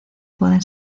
pueden